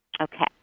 Okay